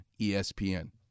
ESPN